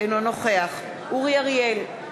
אינו נוכח אורי אריאל,